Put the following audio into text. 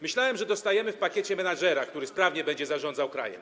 Myślałem, że dostajemy w pakiecie menedżera, który sprawnie będzie zarządzał krajem.